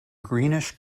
greenish